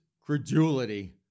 credulity